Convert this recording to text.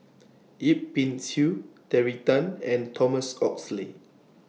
Yip Pin Xiu Terry Tan and Thomas Oxley